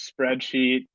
spreadsheet